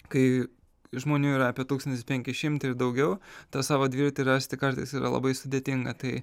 kai žmonių yra apie tūkstantis penki šimtai ir daugiau tą savo dviratį rasti kartais yra labai sudėtinga tai